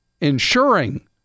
ensuring